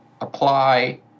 apply